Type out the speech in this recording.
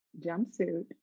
jumpsuit